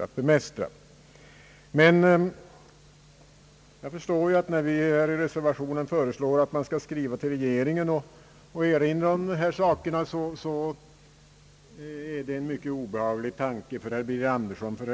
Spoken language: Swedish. Att skriva till regeringen och erinra om de saker, som vi föreslår i reservationen, är en mycket obehaglig tanke för herr Birger Andersson, ty